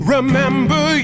Remember